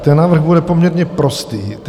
Ten návrh bude poměrně prostý.